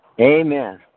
Amen